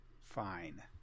fine